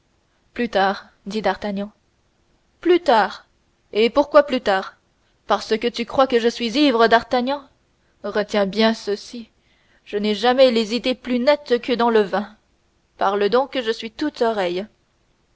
plus tard dit d'artagnan plus tard et pourquoi plus tard parce que tu crois que je suis ivre d'artagnan retiens bien ceci je n'ai jamais les idées plus nettes que dans le vin parle donc je suis tout oreilles